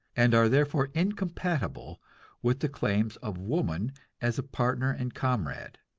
and are therefore incompatible with the claims of woman as a partner and comrade.